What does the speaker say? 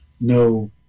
no